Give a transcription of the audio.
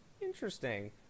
Interesting